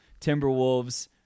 timberwolves